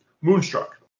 Moonstruck